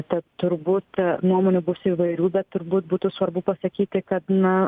tad turbūt nuomonių bus įvairių bet turbūt būtų svarbu pasakyti kad na